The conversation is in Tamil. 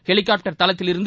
ஹெலிகாப்டர் தளத்திலிருந்து